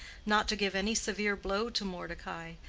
not to give any severe blow to mordecai,